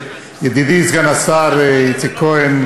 ידידי סגן השר איציק כהן,